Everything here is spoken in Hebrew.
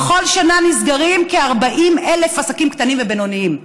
בכל שנה נסגרים כ-40,000 עסקים קטנים ובינוניים.